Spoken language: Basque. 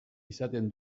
izanen